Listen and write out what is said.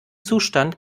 zustand